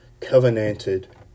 covenanted